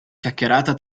chiacchierata